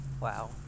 Wow